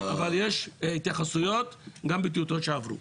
אבל יש התייחסויות גם בטיוטות שעברו